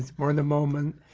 more in the moment.